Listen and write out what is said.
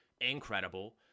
Incredible